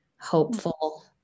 hopeful